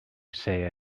say